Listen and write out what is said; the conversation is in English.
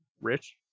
Rich